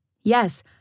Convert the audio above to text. Yes